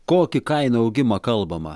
kokį kainų augimą kalbama